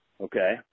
okay